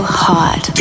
hot